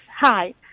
Hi